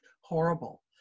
horrible